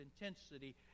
intensity